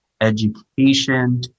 education